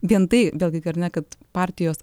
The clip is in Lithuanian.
vien tai vėlgi ar ne kad partijos